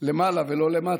למעלה ולא למטה.